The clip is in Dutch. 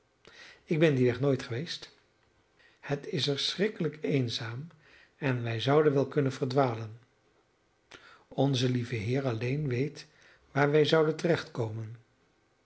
ik ben dien weg nooit geweest het is er schrikkelijk eenzaam en wij zouden wel kunnen verdwalen onze lieve heer alleen weet waar wij zouden